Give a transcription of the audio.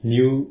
new